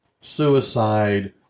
suicide